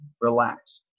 relax